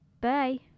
bye